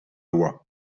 loi